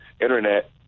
Internet